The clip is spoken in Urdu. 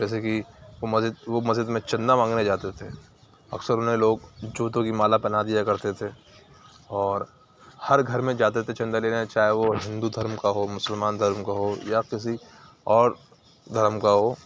جیسے کہ وہ مسجد وہ مسجد میں چندہ مانگنے جاتے تھے اكثر اُنہیں لوگ جوتوں كی مالا پہنا دیا کرتے تھے اور ہر گھر میں جاتے تھے چندہ لینے چاہے وہ ہندو دھرم کا ہو مسلمان دھرم کا ہو یا کسی اور دھرم کا ہو